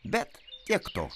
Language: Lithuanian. bet tiek to